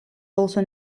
also